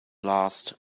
last